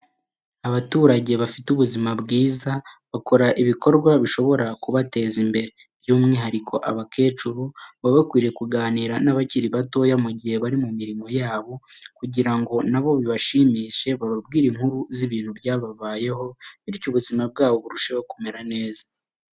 Abaturage bafite ubuzima bwiza, bakora ibikorwa bishobora kubateza imbere. by'umwihariko abakecuru baba bakwiye kuganira n'abakiri bato mugihe bari mumirimo yabo, kugirango naba bibashimishe bababwire inkuru z'ibintu byababayeho, bityo ubuzima bwabo burusheho kumera neza.